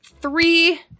three